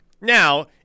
Now